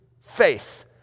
faith